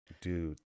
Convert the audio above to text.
dude